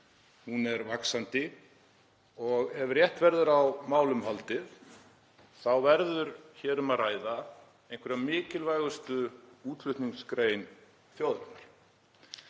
hún er vaxandi og ef rétt verður á málum haldið þá verður hér um að ræða einhverja mikilvægustu útflutningsgrein þjóðarinnar.